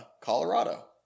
Colorado